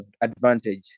advantage